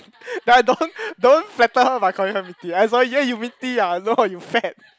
ya don't don't flatter her by calling her meaty asshole ya you meaty ah no you fat